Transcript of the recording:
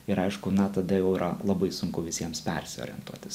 ir aišku na tada jau yra labai sunku visiems persiorientuotis